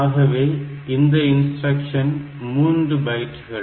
ஆகவே இந்த instruction 3 bytes